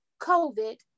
COVID